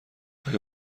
آیا